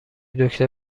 دکتر